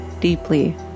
deeply